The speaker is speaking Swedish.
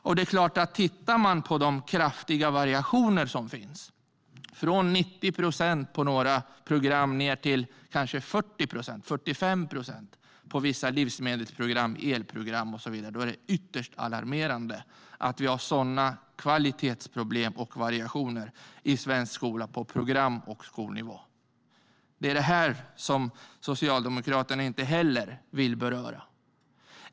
Man kan titta på de kraftiga variationer som finns, från 90 procent på några program ned till kanske 40 eller 45 procent på vissa livsmedelsprogram, elprogram och så vidare. Det är ytterst alarmerande att vi har sådana kvalitetsproblem och variationer i svensk skola på program och skolnivå. Det är det här som Socialdemokraterna inte heller vill beröra.